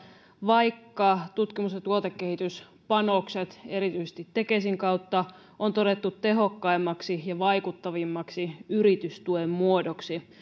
vaikka tutkimus ja tuotekehityspanokset erityisesti tekesin kautta on todettu tehokkaimmaksi ja vaikuttavimmaksi yritystuen muodoksi